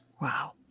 Wow